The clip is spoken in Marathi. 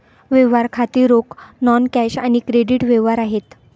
व्यवहार खाती रोख, नॉन कॅश आणि क्रेडिट व्यवहार आहेत